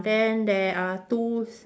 then there are two